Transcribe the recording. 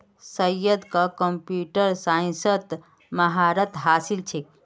सैयदक कंप्यूटर साइंसत महारत हासिल छेक